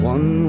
One